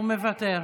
הוא מוותר?